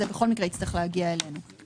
יצטרך להגיע אלינו בכל מקרה.